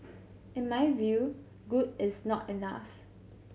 in my view good is not enough